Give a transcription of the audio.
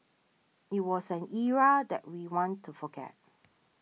it was an era that we want to forget